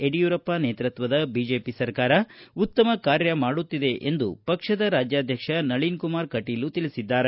ಯಡಿಯೂರಪ್ಪ ನೇತೃತ್ವದ ಬಿಜೆಪಿ ಸರ್ಕಾರ ಉತ್ತಮ ಕಾರ್ಯ ಮಾಡುತ್ತಿದೆ ಎಂದು ಪಕ್ಷದ ರಾಜ್ಕಾಧ್ವಕ್ಷ ನಳಿನ್ ಕುಮಾರ್ ಕಟೀಲ್ ತಿಳಿಸಿದ್ದಾರೆ